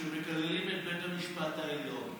שמקללים את בית המשפט העליון.